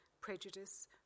prejudice